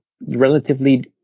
relatively